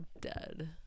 dead